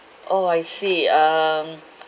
orh I see um